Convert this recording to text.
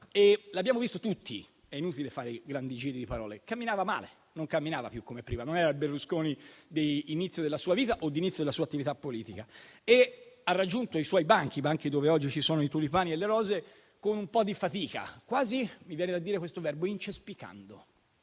Lo abbiamo visto tutti, è inutile fare grandi giri di parole: camminava male, non camminava più come prima, non era il Berlusconi dell'inizio della sua vita o dell'inizio della sua attività politica. Ha raggiunto il suo banco, il banco dove oggi ci sono i tulipani e le rose, con un po' di fatica, quasi incespicando: